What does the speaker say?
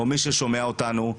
או מי ששומע אותנו,